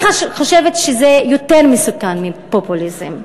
אני חושבת שזה יותר מסוכן מפופוליזם.